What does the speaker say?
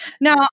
Now